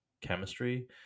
chemistry